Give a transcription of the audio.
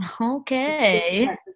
Okay